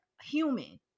human